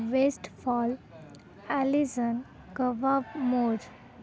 Westfall Allison कबाब मोर